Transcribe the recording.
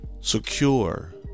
secure